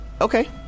Okay